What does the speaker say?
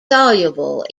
soluble